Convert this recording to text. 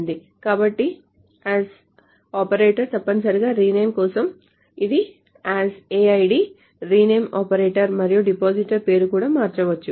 కాబట్టి 'as' operator తప్పనిసరిగా rename కోసం ఇది as aid రీనేమ్ ఆపరేటర్ మరియు depositor పేరు కూడా మార్చవచ్చు